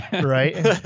Right